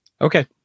Okay